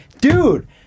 Dude